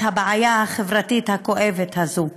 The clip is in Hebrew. הבעיה החברתית הכואבת הזאת.